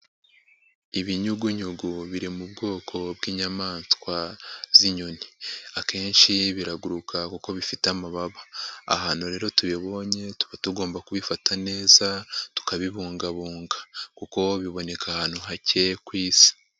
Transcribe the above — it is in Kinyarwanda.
Ibinyugunyugu biri mu bwoko bw'inyamaswa z'inyoni, akenshi biraguruka kuko bifite amababa. Ahantu rero tubibonye tuba tugomba kubifata neza, tukabibungabunga kuko biboneka ahantu hake ku isi